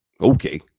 Okay